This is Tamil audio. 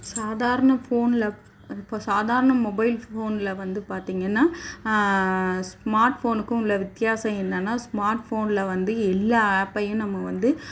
சாதாரண ஃபோனில் அது இப்போ சாதாரண மொபைல் ஃபோனில் வந்து பார்த்தீங்கன்னா ஸ்மார்ட் ஃபோனுக்கும் உள்ள வித்தியாசம் என்னென்னா ஸ்மார்ட் ஃபோனில் வந்து எல்லா ஆப்பையும் நம்ம வந்து